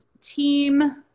team